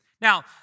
Now